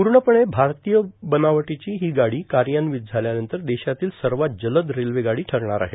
पूणपणे भारतीय बनवटांची हां गाडी कायान्वित झाल्यानंतर देशातलो सवात जलद रेल्वे गाडी ठरणार आहे